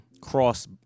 cross